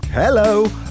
Hello